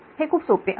हे खूप सोपे आहे